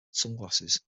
sunglasses